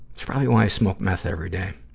it's probably why i smoke meth every day.